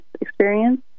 experience